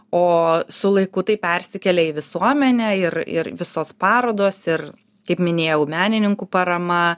o su laiku tai persikelia į visuomenę ir ir visos parodos ir kaip minėjau menininkų parama